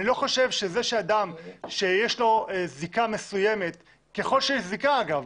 אני לא חושב שזה שיש לאדם זיקה מסוימת ככל שיש זיקה אגב,